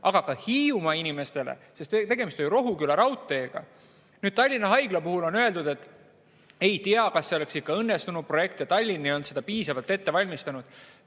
aga ka Hiiumaa inimestele, sest tegemist on ju Rohuküla raudteega. Nüüd, Tallinna Haigla puhul on öeldud, et ei tea, kas see oleks ikka õnnestunud projekt ja Tallinn ei olnud seda piisavalt ette valmistanud.